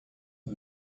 she